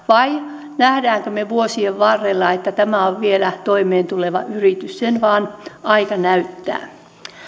vai näemmekö me vuosien varrella että tämä on vielä toimeentuleva yritys sen vain aika näyttää